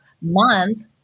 Month